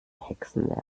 hexenwerk